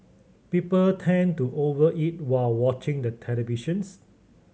people tend to over eat while watching the televisions